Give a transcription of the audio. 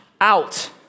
out